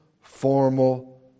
formal